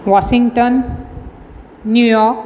Washington New York